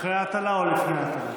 אחרי ההטלה או לפני ההטלה?